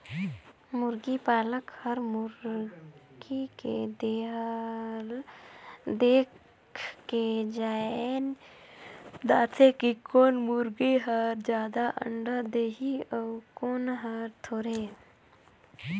मुरगी पालक हर मुरगी के देह ल देखके जायन दारथे कि कोन मुरगी हर जादा अंडा देहि अउ कोन हर थोरहें